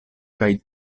kaj